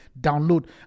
download